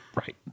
Right